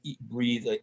breathe